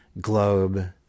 Globe